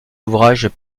ouvrages